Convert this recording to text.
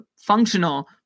functional